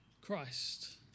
Christ